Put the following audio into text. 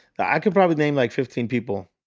i could probably name like fifteen people.